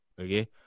okay